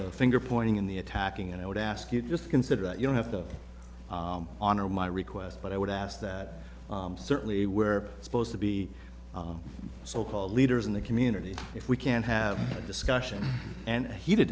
from finger pointing in the attacking and i would ask you just consider that you don't have to honor my request but i would ask that certainly where it's supposed to be so called leaders in the community if we can have a discussion and heated